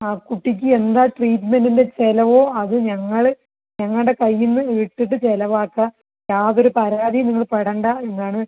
ആ കുട്ടിക്ക് എന്താ ട്രീറ്റ്മെൻ്റിൻ്റെ ചിലവോ അത് ഞങ്ങള് ഞങ്ങളുടെ കയ്യിൽ നിന്ന് ഇട്ടിട്ട് ചിലവാക്കാം യാതൊരു പരാതിയും നിങ്ങൾ പെടേണ്ട എന്നാണ്